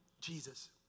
Jesus